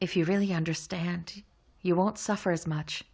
if you really understand you won't suffer as much